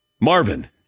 Marvin